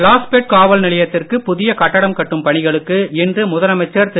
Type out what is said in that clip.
லாஸ்பேட் காவல் நிலையத்திற்குப் புதிய கட்டிடம் கட்டும் பணிகளுக்கு இன்று முதலமைச்சர் திரு